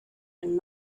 and